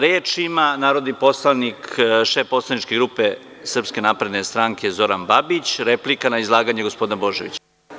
Reč ima narodni poslanik, šef poslaničke grupe Srpske napredne stranke Zoran Babić, replika na izlaganje gospodina Božovića.